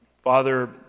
Father